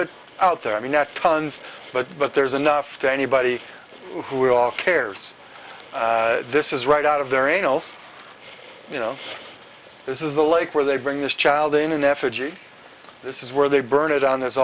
it out there i mean that tons but but there's enough to anybody who all cares this is right out of their annals you know this is the lake where they bring this child in an effigy this is where they burn it on this